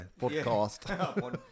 podcast